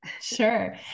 Sure